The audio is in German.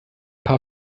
paar